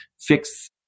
fix